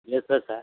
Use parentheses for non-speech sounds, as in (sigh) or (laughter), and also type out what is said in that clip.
(unintelligible)